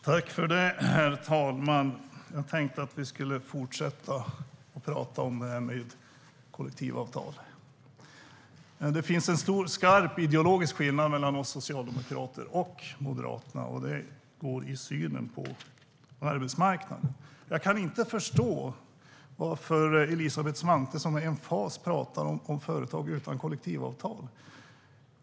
Herr talman! Jag tänkte att vi skulle fortsätta att prata om detta med kollektivavtal. Det finns en skarp ideologisk skillnad mellan oss socialdemokrater och Moderaterna. Den gäller synen på arbetsmarknaden. Jag kan inte förstå varför Elisabeth Svantesson med emfas pratar om företag utan kollektivavtal.